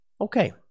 Okay